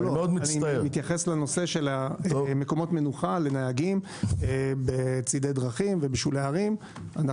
אנחנו מקדמים את הנושא של מקומות מנוחה לנהגים בצידי דרכים ובשולי ערים.